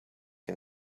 and